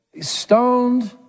stoned